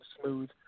smooth